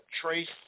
trace